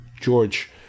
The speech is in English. George